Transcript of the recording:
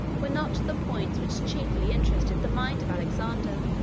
were not the points which chiefly interested the mind of alexander.